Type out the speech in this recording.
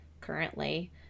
currently